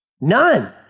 None